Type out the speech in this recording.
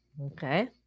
Okay